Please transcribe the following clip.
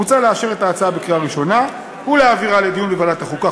מוצע לאשר את ההצעה בקריאה ראשונה ולהעבירה לדיון בוועדת החוקה,